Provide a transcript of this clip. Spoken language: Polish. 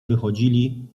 wychodzili